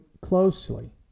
closely